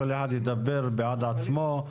כל אחד ידבר בעד עצמו,